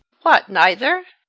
what, neither?